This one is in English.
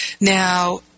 Now